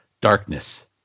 darkness